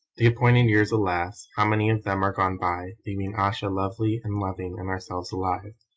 the appointed years alas! how many of them are gone by, leaving ayesha lovely and loving and ourselves alive.